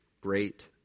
great